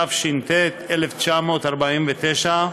התש"ט 1949,